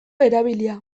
erabilia